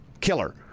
killer